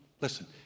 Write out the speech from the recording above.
listen